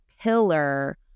pillar